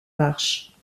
marches